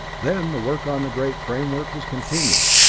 then the work on the great framework was continued,